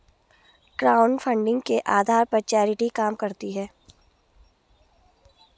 crowdfunding के आधार पर चैरिटी काम करती है